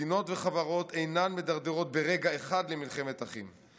מדינות וחברות אינן מידרדרות ברגע אחד למלחמת אחים.